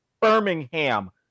Birmingham